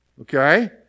Okay